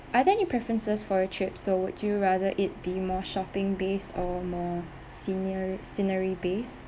are there any preferences for your trip so would you rather it be more shopping based or more scener~ scenery based